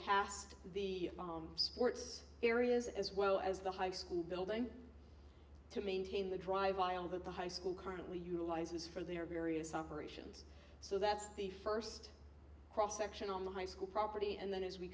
past the sports areas as well as the high school building to maintain the drive while the high school currently utilizes for their various operations so that's the first cross section on the high school property and then as we